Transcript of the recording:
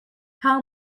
how